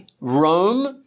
Rome